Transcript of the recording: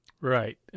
right